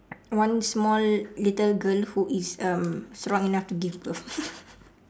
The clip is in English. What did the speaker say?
one small little girl who is um strong enough to give birth